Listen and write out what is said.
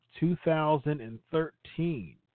2013